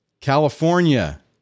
California